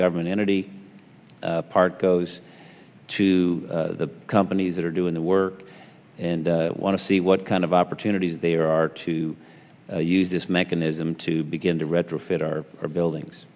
government energy part goes to the companies that are doing the work and want to see what kind of opportunities there are to use this mechanism to begin to retrofit our buildings